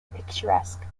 picturesque